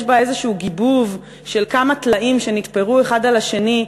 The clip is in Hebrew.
יש בה איזשהו גיבוב של כמה טלאים שנתפרו האחד על השני,